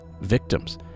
victims